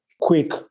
quick